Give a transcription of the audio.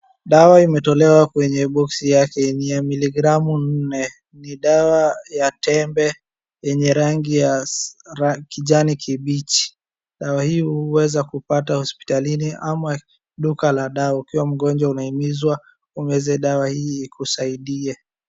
Dawa imetolewa kwenye boksi yake yenye miligramu nne. Ni dawa ya tembe yenye rangi ya kijani kibichi. Dawa hii huweza kupata hospitalini ama duka la dawa. Ukiwa mgonjwa unahimizwa umeze dawa hii ikusaidie.